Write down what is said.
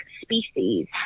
species